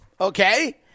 Okay